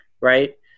right